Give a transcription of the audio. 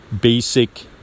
basic